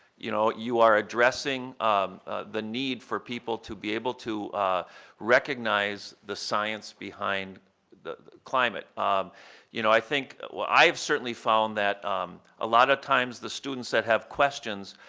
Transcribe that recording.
you know, you are addressing um the need for people to be able to recognize the science behind climate. um you know, i think i've certainly found that a lot of times the students that have questions,